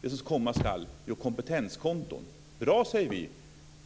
det som komma ska, nämligen kompetenskonton. Bra, säger vi.